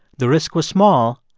the risk was small,